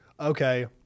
okay